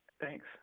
Thanks